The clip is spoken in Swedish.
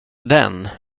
den